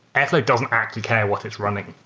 airflow doesn't actually care what it's running.